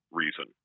reason